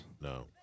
No